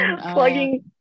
plugging